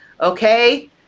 okay